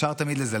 אפשר תמיד לזלזל,